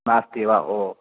नास्ति वा